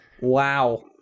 wow